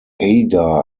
ada